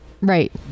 Right